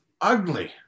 ugly